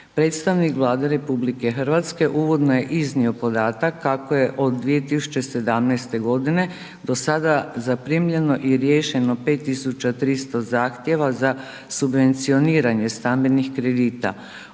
Predstavnik Vlade RH uvodno je iznio podatak kako je od 2017. godine do sada zaprimljeno i riješeno 5.300 zahtjeva za subvencioniranje stambenih kredita